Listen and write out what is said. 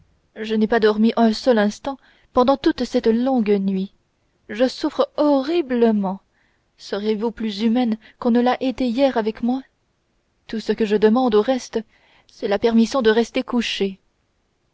je n'ai pas dormi un seul instant pendant toute cette longue nuit je souffre horriblement serezvous plus humaine qu'on ne l'a été hier avec moi tout ce que je demande au reste c'est la permission de rester couchée